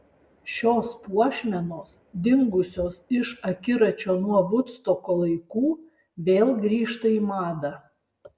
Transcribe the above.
šios puošmenos dingusios iš akiračio nuo vudstoko laikų vėl grįžta į madą